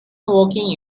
walking